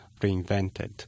reinvented